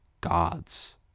gods